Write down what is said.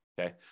okay